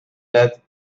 that